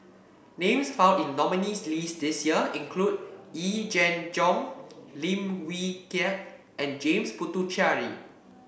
names found in the nominees' list this year include Yee Jenn Jong Lim Wee Kiak and James Puthucheary